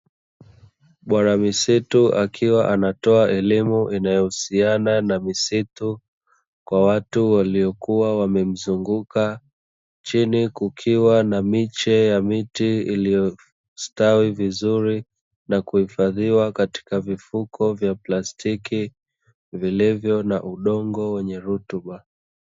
Bwana misitu akiwa anatoa elimu inayohusiana na misitu kwa watu waliokuwa wanamzunguka, chini kukiwa na miche ya miti iliyostawi vizuri na kuhifadhiwa katika vifuko vya plastiki vilivyo na udongo wenye rutuba.